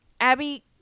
Abby